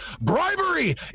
bribery